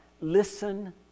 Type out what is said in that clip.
Listen